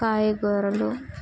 కాయగూరలు